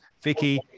vicky